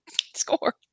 Score